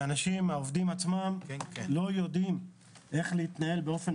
העובדים לא יודעים איך להתנהל באופן